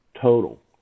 total